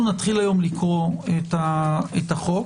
אנחנו נתחיל היום לקרוא את החוק.